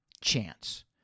Chance